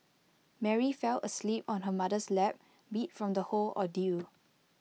Mary fell asleep on her mother's lap beat from the whole ordeal